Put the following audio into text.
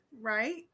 Right